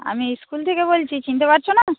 আমি স্কুল থেকে বলছি চিনতে পারছ না